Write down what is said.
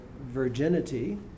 virginity